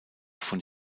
von